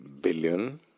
billion